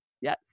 Yes